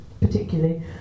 particularly